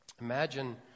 Imagine